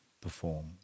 perform